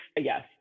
yes